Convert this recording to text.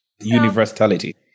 Universality